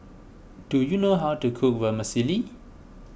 do you know how to cook Vermicelli